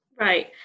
Right